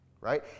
Right